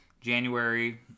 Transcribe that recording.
January